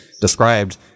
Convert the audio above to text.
described